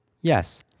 Yes